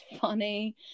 funny